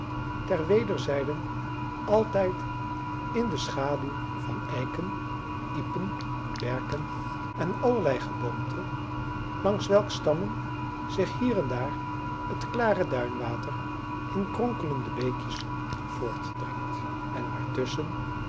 ter wederzijde altijd in de schaduw van eiken iepen berken en allerlei geboomte langs welks stammen zich hier en daar het klare duinwater in kronkelende beekjes voortdringt en